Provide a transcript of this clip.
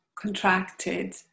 contracted